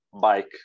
bike